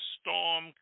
storm